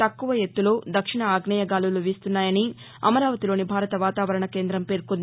తక్కువ ఎత్తులో దక్షిణ ఆగ్నేయ గాలులు వీస్తున్నాయని అమరావతిలోని భారత వాతావరణ కేం్రం పేర్కొంది